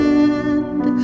end